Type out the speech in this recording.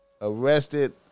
Arrested